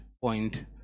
point